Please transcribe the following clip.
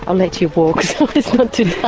ah let you walk, so it's not too